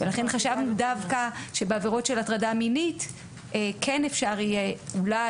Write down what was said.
לכן חשבנו דווקא שבעבירות של הטרדה מינית כן אפשר יהיה אולי,